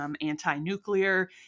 anti-nuclear